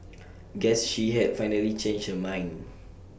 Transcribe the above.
guess she had finally changed her mind